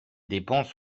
dépenses